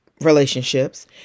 relationships